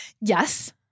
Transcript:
Yes